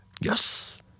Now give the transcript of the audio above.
Yes